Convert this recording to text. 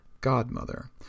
Godmother